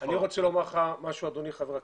אני רוצה לומר לך חבר הכנסת.